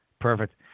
Perfect